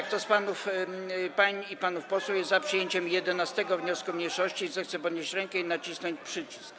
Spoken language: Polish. Kto z pań i panów posłów jest za przyjęciem 11. wniosku mniejszości, zechce podnieść rękę i nacisnąć przycisk.